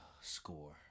Score